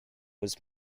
was